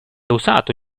usato